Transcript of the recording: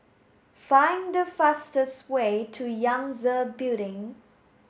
find the fastest way to Yangtze Building